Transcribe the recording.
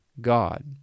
God